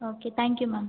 okay thank you ma'am